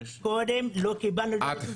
קודם כל קיבלנו -- עאטף,